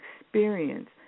experience